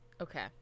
Okay